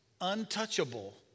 untouchable